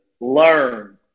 learn